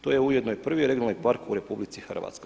To je ujedno i prvi regionalni park u RH.